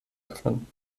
öffnen